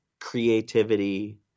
creativity